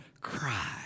cry